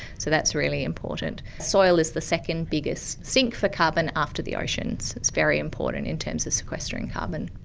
so that's really important. soil is the second biggest sink for carbon after the oceans. it's very important in terms of sequestering carbon.